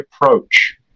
approach